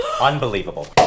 Unbelievable